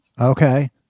Okay